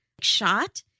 shot